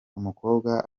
umukobwa